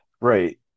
Right